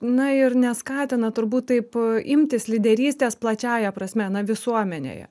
na ir neskatina turbūt taip imtis lyderystės plačiąja prasme na visuomenėje